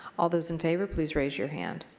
all those in favor please raise your hand.